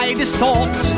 distort